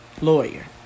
lawyer